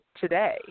today